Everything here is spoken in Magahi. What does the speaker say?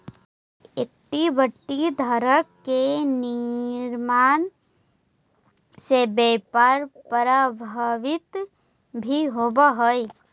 इक्विटी धारक के निर्णय से व्यापार प्रभावित भी होवऽ हइ